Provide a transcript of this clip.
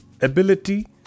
ability